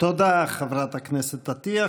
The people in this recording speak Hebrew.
תודה, חברת הכנסת עטייה.